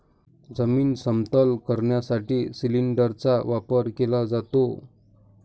जमीन समतल करण्यासाठी सिलिंडरचा वापर केला जातो